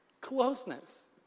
closeness